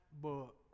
book